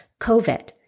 COVID